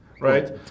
right